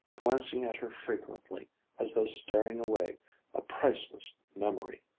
glancing at her frequently as though storing away a priceless memory.